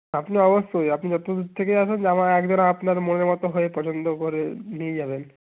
আপনি অবশ্যই আপনি যত দূর থেকেই আসুন জামা একদম আপনার মনের মতো হয়ে পছন্দ করে নিয়ে যাবেন